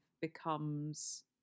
becomes